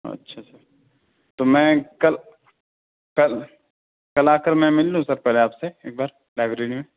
اچھا سر تو میں کل کل کل آکر میں مل لوں سر پہلے آپ سے ایک بار لائبریری میں